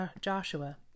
Joshua